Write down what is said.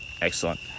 excellent